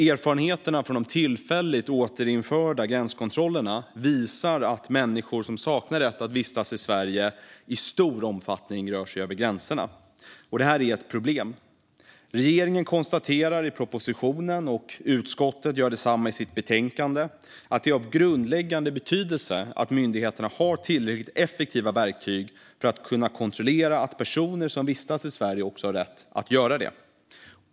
Erfarenheterna från de tillfälligt återinförda gränskontrollerna visar att människor som saknar rätt att vistas i Sverige i stor omfattning rör sig över gränserna. Detta är ett problem. Regeringen konstaterar i propositionen - och utskottet gör detsamma i sitt betänkande - att det är av grundläggande betydelse att myndigheterna har tillräckligt effektiva verktyg för att kunna kontrollera att personer som vistas i Sverige också har rätt att göra det.